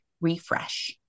refresh